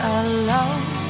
alone